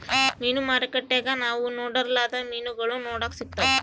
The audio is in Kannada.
ಮೀನು ಮಾರುಕಟ್ಟೆಗ ನಾವು ನೊಡರ್ಲಾದ ಮೀನುಗಳು ನೋಡಕ ಸಿಕ್ತವಾ